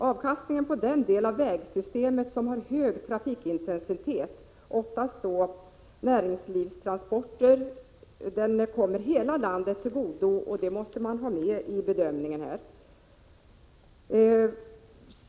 Avkastningen på den del av vägsystemet som har en hög trafikintensitet — oftast näringslivstransporter — kommer hela landet till godo, och det måste man ha med i bedömningen.